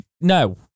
No